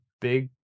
Big